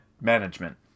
management